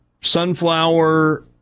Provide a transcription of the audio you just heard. Sunflower